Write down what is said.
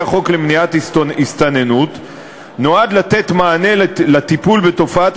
החוק למניעת הסתננות נועד לתת מענה לטיפול בתופעת